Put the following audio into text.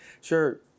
Sure